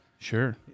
Sure